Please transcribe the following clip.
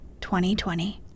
2020